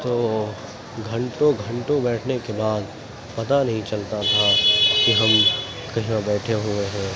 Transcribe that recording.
تو گھنٹوں گھنٹوں بیٹھنے کے بعد پتہ نہیں چلتا تھا کہ ہم کہاں بیٹھے ہوئے ہیں